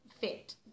fit